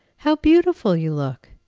how beautiful you look!